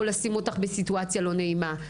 או לשים אותך בסיטואציה לא נעימה.